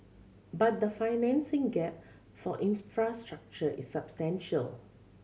but the financing gap for infrastructure is substantial